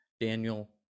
Daniel